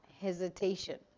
hesitation